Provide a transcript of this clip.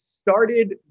started